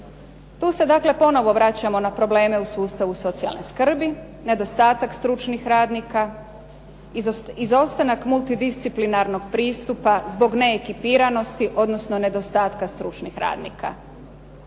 Tu se dakle ponovno vraćamo na probleme u sustavu socijalne skrbi, nedostatak stručnih radnika, izostanak multidisciplinarnog pristupa zbog neekipiranosti, odnosno zbog nedostatka stručnih radnika.